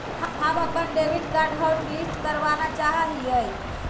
हम अपन debit card hotlist करावाना चाहा हियई